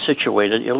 situated